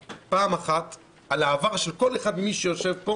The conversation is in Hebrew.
פעם אחת על העבר של כל אחד של מי שיושב פה